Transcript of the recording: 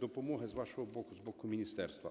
допомоги з вашого боку, з боку міністерства".